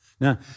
Now